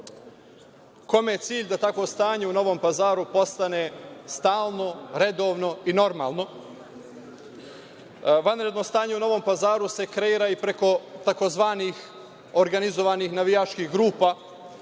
kome je cilj da takvo stanje u Novom Pazaru postane stalno, redovno i normalno? Vanredno stanje u Novom Pazaru se kreira i preko tzv. organizovanih navijačkih grupa